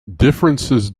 differences